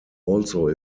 also